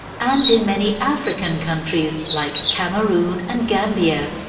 and in many african countries like cameroon and gambia.